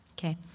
Okay